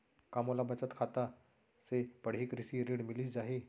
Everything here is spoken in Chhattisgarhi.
का मोला बचत खाता से पड़ही कृषि ऋण मिलिस जाही?